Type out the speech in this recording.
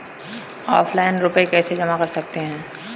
Offline रुपये कैसे जमा कर सकते हैं?